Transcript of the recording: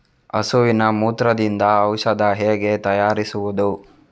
ಹಸುವಿನ ಮೂತ್ರದಿಂದ ಔಷಧ ಹೇಗೆ ತಯಾರಿಸುವುದು?